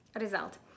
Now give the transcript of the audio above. result